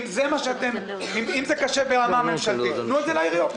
אם זה קשה ברמה ממשלתית תנו את זה לעיריות.